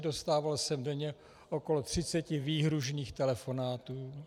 Dostával jsem denně okolo třiceti výhrůžných telefonátů.